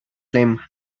flame